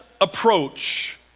approach